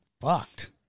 fucked